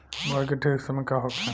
बुआई के ठीक समय का होखे?